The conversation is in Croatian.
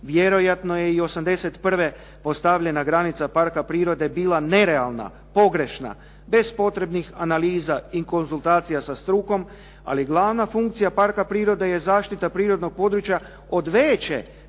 Vjerojatno je i '81. postavljena granica parka prirode bila nerealna, pogrešna bez potrebnih analiza i konzultacija sa strukom. Ali glavna funkcija parka prirode je zaštita prirodnog područja od veće,